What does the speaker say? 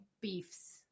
beefs